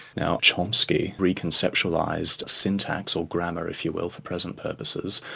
now chomsky reconceptualised syntax, or grammar, if you will, for present purposes,